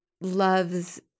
loves